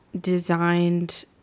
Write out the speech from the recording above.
designed